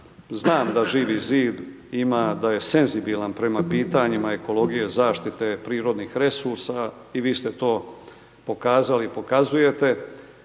znam da Živi zid ima da je senzibilan prema pitanjima ekologije zaštite prirodnih resursa i vi ste to pokazali i pokazujete